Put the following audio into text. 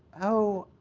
oh,